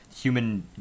human